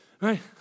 right